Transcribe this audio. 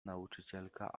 nauczycielka